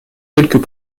quelques